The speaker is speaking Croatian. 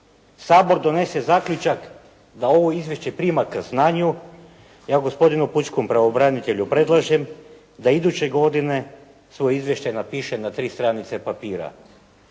Sabor donese zaključak da ovo izvješće prima k znanju ja gospodinu pučkom pravobranitelju predlažem da iduće godine svoje izvješće napiše na tri stranice papira.